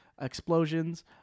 explosions